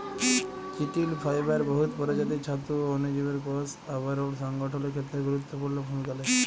চিটিল ফাইবার বহুত পরজাতির ছাতু অ অলুজীবের কষ আবরল সংগঠলের খ্যেত্রে গুরুত্তপুর্ল ভূমিকা লেই